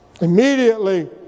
immediately